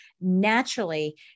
naturally